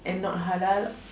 and not halal